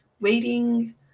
Waiting